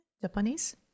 Japanese